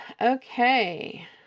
okay